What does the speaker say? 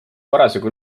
parasjagu